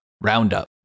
roundup